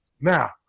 Now